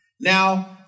Now